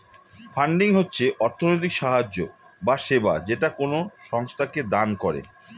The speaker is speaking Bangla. ফান্ডিং হচ্ছে অর্থনৈতিক সাহায্য বা সেবা যেটা কোনো সংস্থাকে দান করে